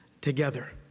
together